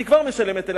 היא כבר משלמת עליה,